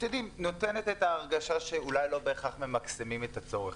נותנת את ההרגשה שאולי לא בהכרח ממקסמים את הצורך.